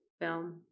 film